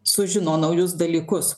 sužino naujus dalykus